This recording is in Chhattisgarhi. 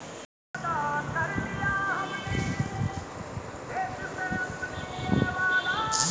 गाय पोसे के पहिली एहू सोचे बर लगथे कि गाय बर चारा बेवस्था कइसे होही